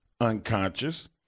unconscious